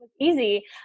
easy